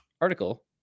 article